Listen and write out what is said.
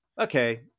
okay –